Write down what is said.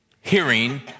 hearing